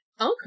Okay